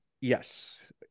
Yes